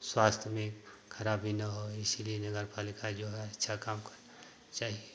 स्वास्थ्य में खराबी न होए इसीलिए नगरपालिका जो है अच्छा काम करना चाहिए